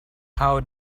how